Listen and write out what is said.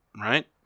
right